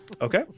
Okay